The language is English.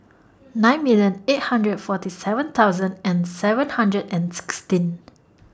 nine million eight hundred forty seven thousand and seven hundred and sixteen